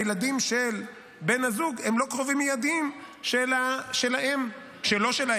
הילדים של בן הזוג הם לא קרובים מיידיים של האם החורגת.